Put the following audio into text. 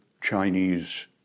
Chinese